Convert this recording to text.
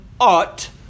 ought